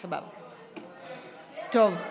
בעד, 36,